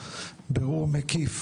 בירור מקיף,